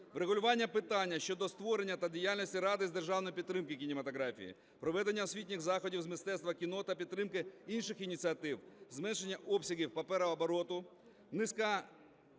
врегулювання питання щодо створення та діяльності Ради з державної підтримки кінематографії; проведення освітніх заходів з мистецтва кіно та підтримки інших ініціатив; зменшення обсягів паперообороту; низка